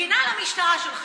מגינה על המשטרה שלך.